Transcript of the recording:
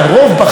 הרוב, הרוב.